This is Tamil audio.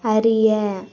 அறிய